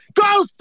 Go